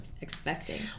expecting